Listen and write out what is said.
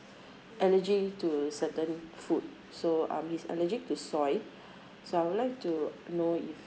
allergy to certain food so I mean he's allergic to soy so I would like to know if